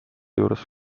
juures